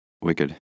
Wicked